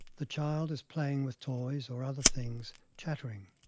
the child is playing with toys or other things, chattering,